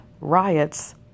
riots